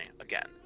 again